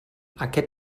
aquest